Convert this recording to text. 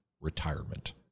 retirement